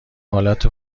حالت